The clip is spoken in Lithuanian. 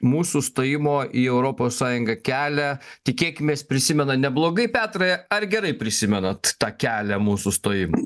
mūsų stojimo į europos sąjungą kelią tikėkimės prisimena neblogai petrai ar gerai prisimenat tą kelią mūsų stojimą